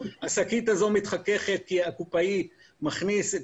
השקית הזו מתחככת כי הקופאי מכניס את